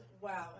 wow